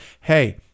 hey